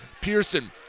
Pearson